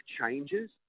changes